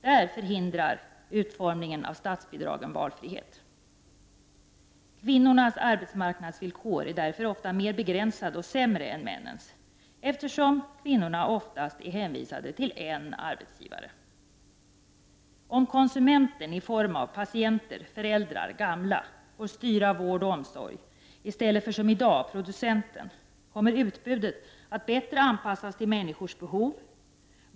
Där förhindrar utformningen av statsbidragen valfrihet. Kvinnornas arbetsmarknadsvillkor är därför ofta mer begränsade och sämre än männens, eftersom kvinnorna oftast är hänvisade till en arbetsgivare. Om konsumenterna i form av patienter, föräldrar, gamla får styra vård och omsorg i stället för som i dag producenten, kommer utbudet att bättre anpassas till människornas behov.